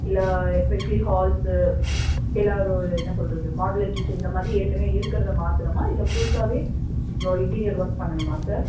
இல்லை especially halls எல்லாரு என்ன சொல்கிறது மாடுலர் கிச்சன் இந்தமாதிரி ஏற்கனவே இருக்கிறதை மாற்றணுமா இல்லை புதுசாகவே இப்போ இன்ட்டீரியர் ஒர்க் பண்ணணுமா சார்